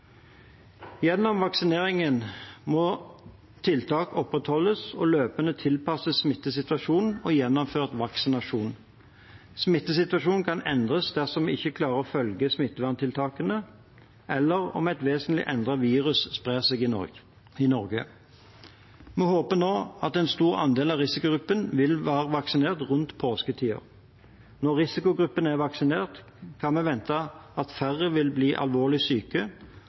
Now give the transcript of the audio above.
Gjennom vaksineringen må tiltak opprettholdes og løpende tilpasses smittesituasjonen og gjennomført vaksinasjon. Smittesituasjonen kan endres dersom vi ikke klarer å følge smitteverntiltakene, eller om et vesentlig endret virus sprer seg i Norge. Vi håper nå at en stor andel av risikogruppene vil være vaksinert rundt påsketider. Når risikogruppene er vaksinert, kan vi vente at færre vil bli alvorlig syke,